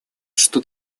что